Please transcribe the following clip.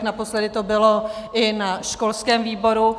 Naposledy to bylo i na školském výboru.